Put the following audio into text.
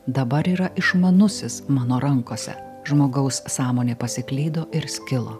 dabar yra išmanusis mano rankose žmogaus sąmonė pasiklydo ir skilo